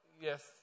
Yes